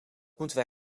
moeten